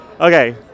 Okay